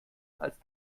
als